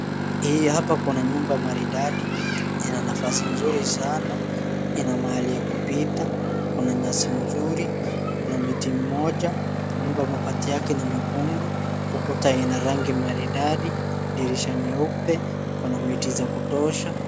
Hii hapa kuna nyumba maridadi, ina nafasi nzuri sana, ina mahali ya kupita, kuna nyasi nzuri, ina miti mmoja. Nyumba mabati yake ni nyekundu, ukuta ina rangi maridadi, dirisha nyeupe, kuna miti za kutosha.